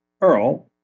Earl